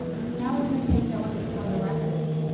so now we're going to take a look at some of the records.